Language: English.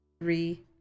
three